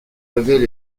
avaient